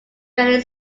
fairly